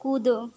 कूदो